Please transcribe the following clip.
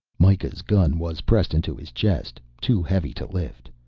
mikah's gun was pressed into his chest, too heavy to lift.